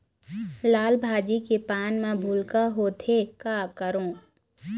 लाल भाजी के पान म भूलका होवथे, का करों?